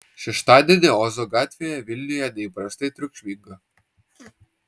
šeštadienį ozo gatvėje vilniuje neįprastai triukšminga